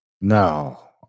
No